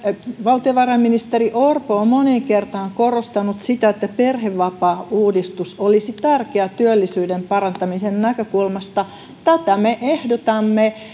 valtiovarainministeri orpo on moneen kertaan korostanut sitä että perhevapaauudistus olisi tärkeä työllisyyden parantamisen näkökulmasta tätä me ehdotamme